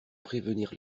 prévenir